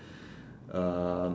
um